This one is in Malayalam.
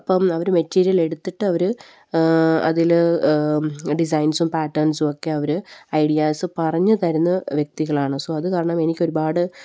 അപ്പം അവര് മെറ്റീരിയൽ എടുത്തിട്ട് അവര് അതില് ഡിസൈൻസും പാറ്റേൺസുമൊക്കെ അവര് ഐഡിയാസ് പറഞ്ഞുതരുന്ന വ്യക്തികളാണ് സോ അത് കാരണം എനിക്കൊരുപാട്